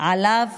עליו